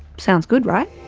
sounds good, right?